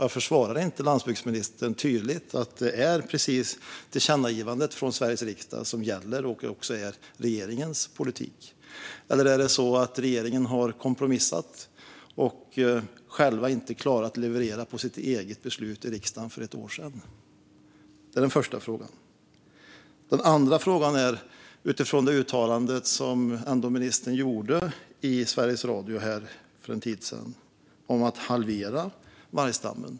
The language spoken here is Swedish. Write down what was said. Varför säger inte landsbygdsministern tydligt att det gäller och också är regeringens politik? Eller har dessa tre regeringspartier kompromissat och kan därför inte leverera på beslutet de själva fattade för ett år sedan? Det är min första fråga. Min andra fråga utgår från ministerns uttalande i Sveriges Radio för en tid sedan om att halvera vargstammen.